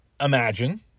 imagine